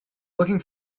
looking